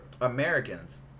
Americans